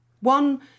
one